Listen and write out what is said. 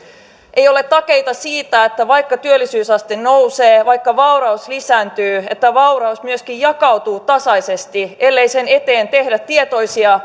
ei ole takeita siitä että vaikka työllisyysaste nousee vaikka vauraus lisääntyy niin vauraus myöskin jakautuisi tasaisesti ellei sen eteen tehdä tietoisia